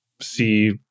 see